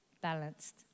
balanced